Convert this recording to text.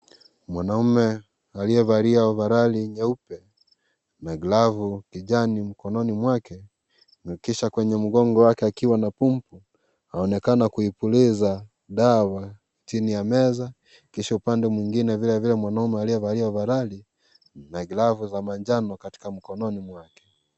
Mwanaume aliyevalia ovaroli nyeupe na glavu kijani mikononi mwake na kisha kwenye mgongo wake akiwa na pampu. Anaonekana akipuliza dawa chini ya meza kisha upande mwingine vile vile mwanaume aliyevalia ovaroli na glavu za manjano katika mikononi mwake.